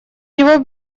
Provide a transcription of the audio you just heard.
него